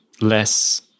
less